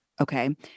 Okay